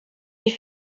die